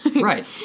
Right